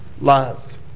love